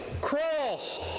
Cross